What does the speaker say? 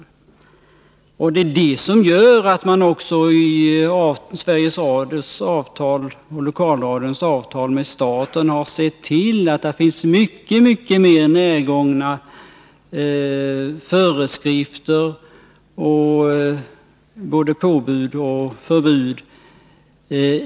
Det är också det som är anledningen till att man sett till att det i Sveriges Radios avtal och i lokalradions avtal med staten finns mycket mer av närgångna föreskrifter, både påbud och förbud.